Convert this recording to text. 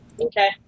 Okay